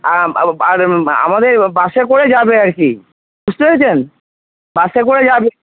আমাদের বাসে করে যাবে আর কি বুঝতে পেরেছেন বাসে করে যাবে